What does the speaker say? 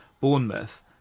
Bournemouth